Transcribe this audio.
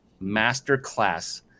masterclass